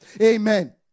Amen